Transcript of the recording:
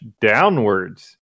downwards